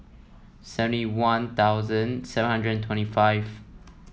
seventy One Thousand seven hundred and twenty five